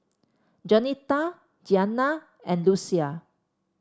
Jaunita Gianna and Lucia